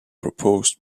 proposed